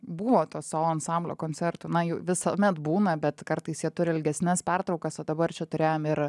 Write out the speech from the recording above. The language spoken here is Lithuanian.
buvo to solo ansamblio koncertų na jų visuomet būna bet kartais jie turi ilgesnes pertraukas o dabar čia turėjom ir